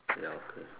ya okay